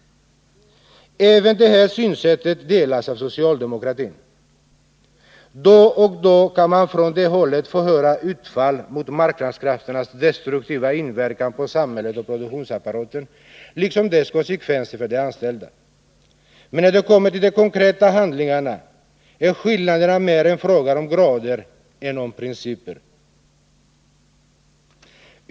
Även det här synsättet delas av socialdemokratin. Då och då kan man från det hållet få höra utfall mot marknadskrafternas destruktiva inverkan på samhället och produktionsapparaten, liksom deras konsekvenser för de anställda. Men när det kommer till konkreta handlingar är skillnaderna mer en fråga om grader än om principer.